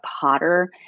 potter